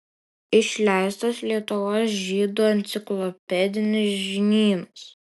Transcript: išleistas lietuvos žydų enciklopedinis žinynas